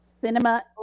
Cinema